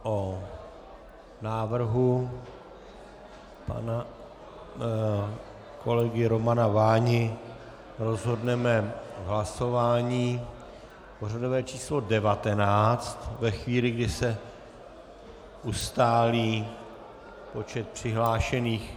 O návrhu pana kolegy Romana Váni rozhodneme v hlasování pořadové číslo 19 ve chvíli, kdy se ustálí počet přihlášených...